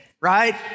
right